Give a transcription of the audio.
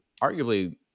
arguably